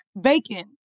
bacon